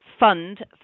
fund